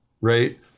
right